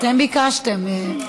אתם ביקשתם.